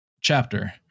Chapter